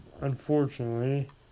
unfortunately